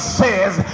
says